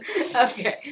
Okay